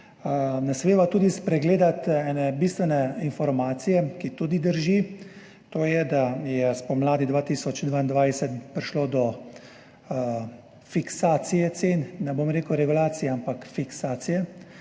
Ne smeva tudi spregledati ene bistvene informacije, ki tudi drži, to je, da je spomladi 2022 prišlo do fiksacije cen, ne bom rekel regulacije, ampak fiksacije,